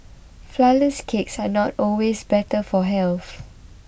Flourless Cakes are not always better for health